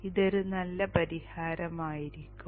അതൊരു നല്ല പരിഹാരമായിരിക്കും